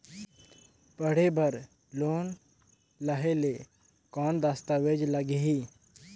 पढ़े बर लोन लहे ले कौन दस्तावेज लगही?